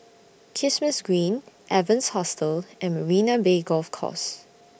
Kismis Green Evans Hostel and Marina Bay Golf Course